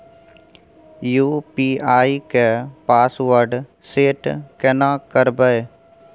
UPI के password set केना करबे?